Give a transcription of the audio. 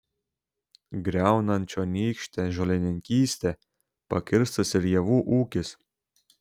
griaunant čionykštę žolininkystę pakirstas ir javų ūkis